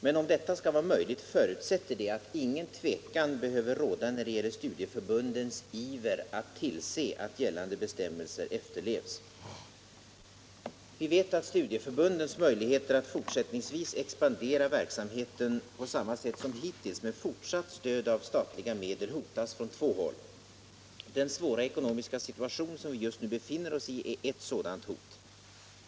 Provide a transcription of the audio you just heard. Men om detta skall vara möjligt förutsätter det att ingen tvekan behöver råda när det gäller studieförbundens iver att tillse att gällande bestämmelser efterlevs. Vi vet att studieförbundens möjligheter att fortsättningsvis expandera verksamheten på samma sätt som hittills med fortsatt stöd av statliga medel hotas från två håll. Den svåra ekonomiska situation som vi just nu befinner oss i är ett sådant hot.